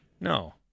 No